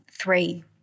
three